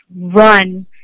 run